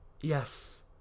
Yes